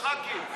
הוועדה המסדרת.